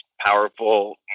powerful